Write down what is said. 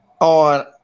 on